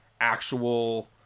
actual